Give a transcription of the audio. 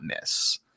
miss